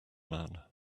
man